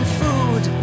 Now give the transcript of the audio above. food